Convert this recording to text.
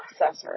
processor